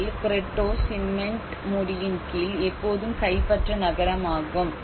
இதில் கிரெட்டோ சிமென்ட் மூடியின் கீழ் எப்போதும் கைப்பற்றப்பட்ட நகரம் ஆகும்